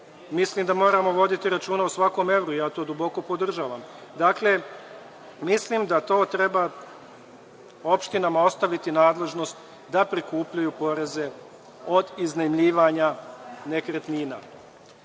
mislim da moramo voditi računa o svakom evru i ja to duboko podržavam. Dakle, mislim da to treba opštinama ostaviti u nadležnost, da prikupljaju poreze od iznajmljivanja nekretnina. Takođe,